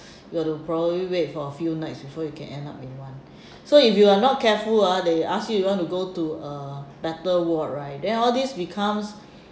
you have to probably wait for a few nights before you can end up with one so if you're not careful ah they ask you if you want to go to uh better ward right then all these becomes